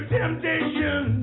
temptation